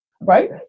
right